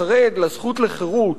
החרד לזכות לחירות,